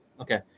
Okay